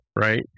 right